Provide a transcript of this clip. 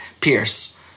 Pierce